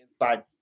inside